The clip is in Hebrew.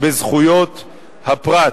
בזכויות הפרט.